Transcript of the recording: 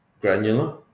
granular